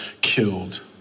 killed